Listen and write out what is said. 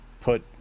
put